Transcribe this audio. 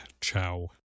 ciao